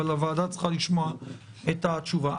אבל הוועדה צריכה לשמוע את התשובה.